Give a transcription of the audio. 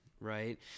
right